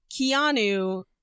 Keanu